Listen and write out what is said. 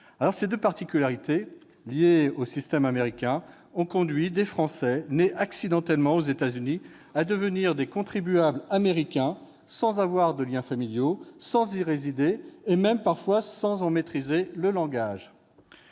Ces deux particularités du système américain ont conduit des Français nés accidentellement aux États-Unis à devenir des contribuables américains sans avoir de liens familiaux dans ce pays, sans y résider et même parfois sans en maîtriser la langue.